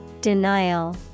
Denial